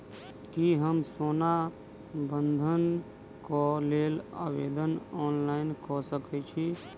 की हम सोना बंधन कऽ लेल आवेदन ऑनलाइन कऽ सकै छी?